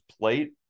plate